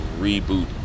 reboot